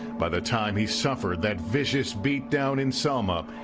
by the time he suffered that vicious beatdown in selma,